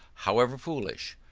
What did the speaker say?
however foolish,